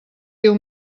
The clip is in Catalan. diu